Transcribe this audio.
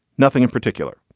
nothing in particular.